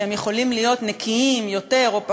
שיכולים להיות נקיים יותר או פחות,